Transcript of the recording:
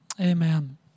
Amen